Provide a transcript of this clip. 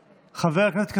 חבר הכנסת רוטמן,